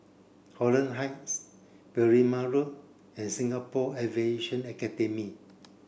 Holland Heights Berrima Road and Singapore Aviation Academy